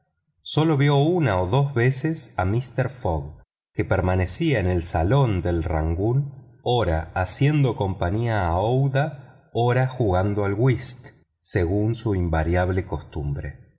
sólo vio una o dos veces a mister fogg que permanecía en el salón del rangoon ora haciendo compañía a aouida ora jugando al whist según su invariable costumbre